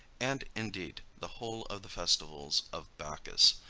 and, indeed, the whole of the festivals of bacchus,